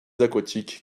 aquatique